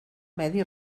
medi